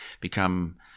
become